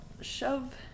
shove